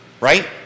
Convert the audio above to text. Right